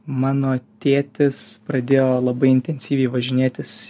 mano tėtis pradėjo labai intensyviai važinėtis